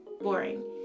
boring